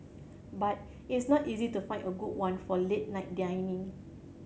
but its not easy to find a good one for late night dining